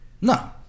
No